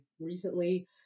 recently